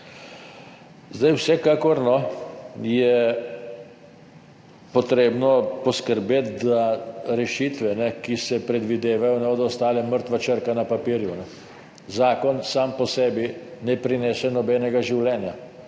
Vsekakor je treba poskrbeti, da rešitve, ki se predvidevajo, ne bodo ostale mrtva črka na papirju. Zakon sam po sebi ne prinese nobenega življenja,